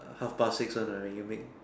uh half past six one uh when you make